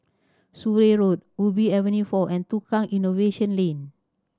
Surrey Road Ubi Avenue Four and Tukang Innovation Lane